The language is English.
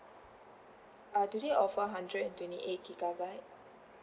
uh do they offer a hundred and twenty eight gigabyte